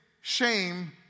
shame